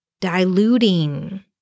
diluting